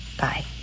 Bye